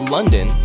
London